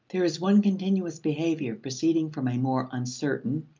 there is one continuous behavior, proceeding from a more uncertain,